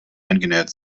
eingenäht